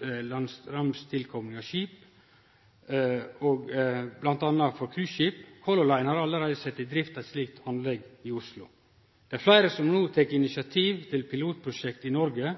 landstraumtilkopling av skip i hamn, bl.a. for cruiseskip. Color Line har allereie sett i drift eit slikt anlegg i Oslo. Det er fleire som no tek initiativ til pilotprosjekt i Noreg,